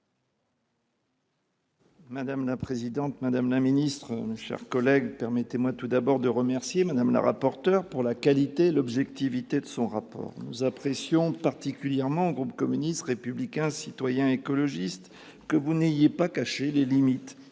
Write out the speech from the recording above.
Madame la présidente, madame la secrétaire d'État, mes chers collègues, je voudrais tout d'abord de remercier Mme la rapporteur de la qualité et de l'objectivité de son rapport. Nous apprécions particulièrement, au groupe communiste républicain citoyen et écologiste, qu'elle n'ait pas caché les limites